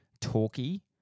talky